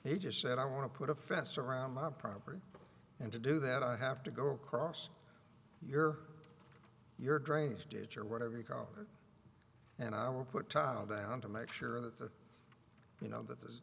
he just said i want to put a fence around my property and to do that i have to go across your your drainage ditch or whatever you call it and i will put tile down to make sure that you know that there's